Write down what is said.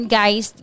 guys